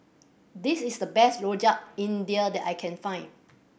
this is the best Rojak India that I can find